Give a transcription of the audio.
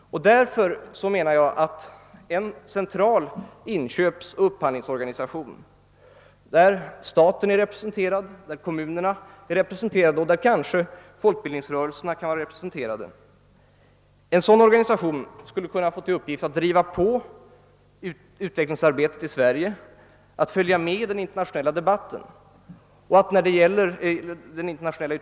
Därför anser jag att en central inköpsoch upphandlingsorganisation, där staten, kommunerna och kanske även folkbildningsrörelserna är representerade, skulle kunna få till uppgift att driva på utvecklingsarbetet och att följa med i de internationella förändringarna.